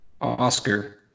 Oscar